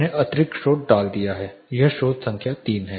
मैंने अतिरिक्त स्रोत डाल दिया है यह स्रोत संख्या 3 है